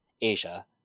Asia